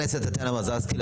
חברת הכנסת טטיאנה מזרסקי,